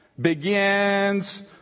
begins